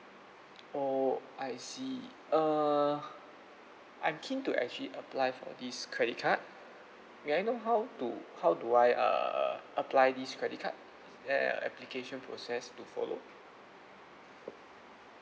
oh I see err I'm keen to actually apply for this credit card may I know how to how do I err apply this credit card is there a application process to follow